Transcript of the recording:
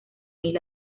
mil